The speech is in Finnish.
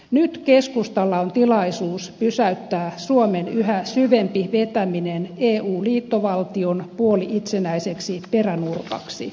nyt keskustalla on tilaisuus pysäyttää suomen yhä syvempi vetäminen eu liittovaltion puoli itsenäiseksi peränurkaksi